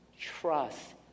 trust